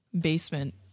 Basement